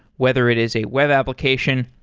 whether it is a web application,